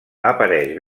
apareix